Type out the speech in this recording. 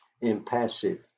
impassive